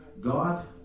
God